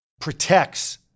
protects